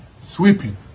sweeping